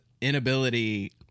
inability